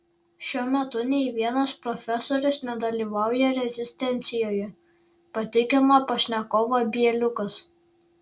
šiuo metu nė vienas profesorius nedalyvauja rezistencijoje patikino pašnekovą bieliukas